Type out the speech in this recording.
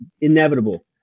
inevitable